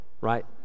right